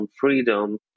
freedom